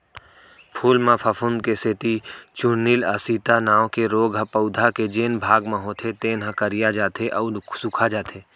फूल म फफूंद के सेती चूर्निल आसिता नांव के रोग ह पउधा के जेन भाग म होथे तेन ह करिया जाथे अउ सूखाजाथे